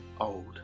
old